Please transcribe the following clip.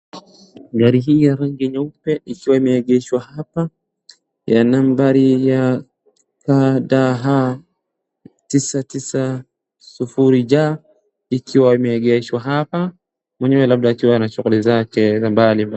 Gari hii ya rangi nyeupe ikiwa imeegeshwa hapa ya nambari ya KDH 990J ikiwa imeegeshwa hapa, mwenyewe labda akiwa na shughuli zake mbalimbali.